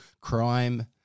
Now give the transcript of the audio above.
crime